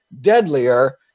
deadlier